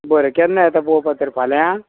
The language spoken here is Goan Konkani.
बरें केन्ना येता पळोवपाक तर फाल्यां